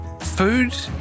food